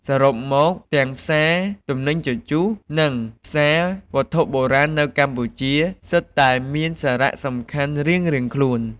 សរុបមក ទាំងផ្សារទំនិញជជុះ និងផ្សារវត្ថុបុរាណនៅកម្ពុជា សុទ្ធតែមានសារៈសំខាន់រៀងៗខ្លួន។